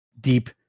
deep